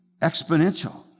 exponential